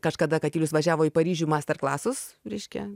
kažkada katilius važiavo į paryžių masterklasus reiškia